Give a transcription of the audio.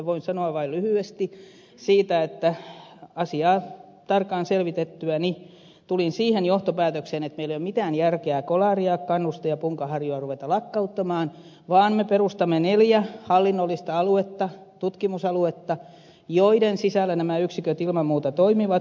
voin sanoa vain lyhyesti siitä että asiaa tarkkaan selvitettyäni tulin siihen johtopäätökseen että meillä ei ole mitään järkeä kolaria kannusta ja punkaharjua ruveta lakkauttamaan vaan me perustamme neljä hallinnollista aluetta tutkimusaluetta joiden sisällä nämä yksiköt ilman muuta toimivat